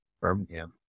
Birmingham